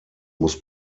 muss